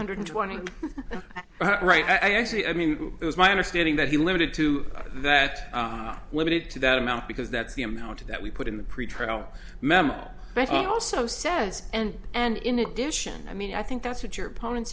hundred twenty right i actually i mean it was my understanding that he limited to that limited to that amount because that's the amount that we put in the pretrial mema but also says and and in addition i mean i think that's what your opponent